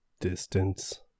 distance